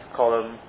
column